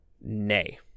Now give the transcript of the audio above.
nay